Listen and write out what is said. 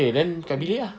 okay then kat bilik ah